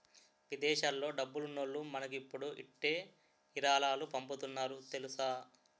విదేశాల్లో డబ్బున్నోల్లు మనకిప్పుడు ఇట్టే ఇరాలాలు పంపుతున్నారు తెలుసా